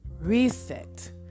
reset